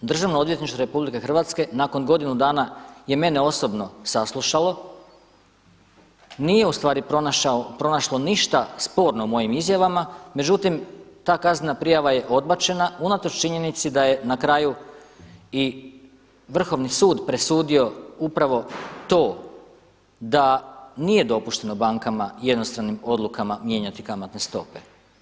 Državno odvjetništvo RH nakon godinu dana je mene osobno saslušalo, nije ustvari pronašlo ništa sporno u mojim izjavama, međutim ta kaznena prijava je odbačena unatoč činjenici da je na kraju i Vrhovni sud presudio upravo to da nije dopušteno bankama jednostranim odlukama mijenjati kamatne stope.